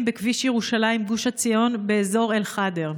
בכביש ירושלים גוש עציון באזור אל-ח'דר,